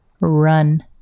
Run